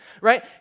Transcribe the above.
right